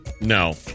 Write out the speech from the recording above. No